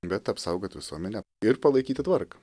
bet apsaugot visuomenę ir palaikyti tvarką